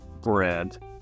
bread